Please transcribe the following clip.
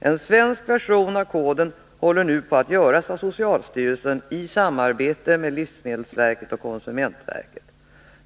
En svensk version av koden håller nu på att göras av socialstyrelsen i samarbete med livsmedelsverket och konsumentverket.